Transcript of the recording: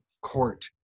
court